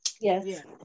Yes